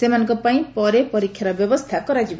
ସେମାନଙ୍କ ପାଇଁ ପରେ ପରୀକ୍ଷାର ବ୍ୟବସ୍ଥା କରାଯିବ